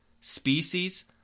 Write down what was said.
species